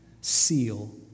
seal